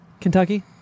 Kentucky